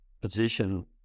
position